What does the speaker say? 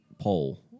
poll